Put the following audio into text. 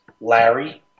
Larry